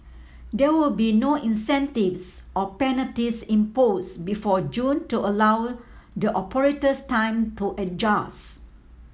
there will be no incentives or penalties imposed before June to allow the operators time to adjust